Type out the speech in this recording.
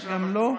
אוקיי.